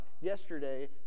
yesterday